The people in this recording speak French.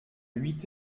huit